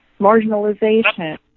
marginalization